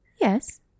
Yes